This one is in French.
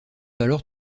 alors